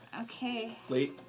Okay